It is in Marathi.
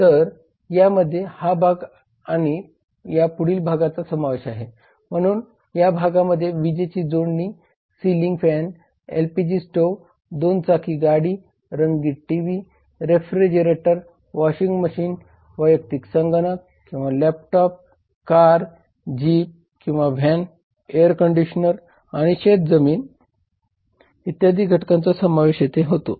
तर त्यामध्ये हा भाग आणि या पुढील भागाचा समावेश आहे म्हणून या भागामध्ये वीज जोडणी सीलिंग फॅन एलपीजी स्टोव्ह 2 चाकी गाडी रंगीत टीव्ही रेफ्रिजरेटर वॉशिंग मशीन वैयक्तिक संगणक किंवा लॅपटॉप कार जीप किंवा व्हॅन एअर कंडिशनर आणि शेतजमीन इत्यादी घटकांचा समावेश होतो